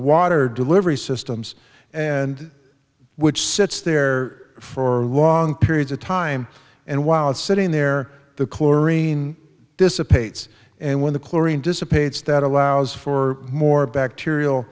water delivery systems and which sits there for long periods of time and while it's sitting there the chlorine dissipates and when the chlorine dissipates that allows for more bacterial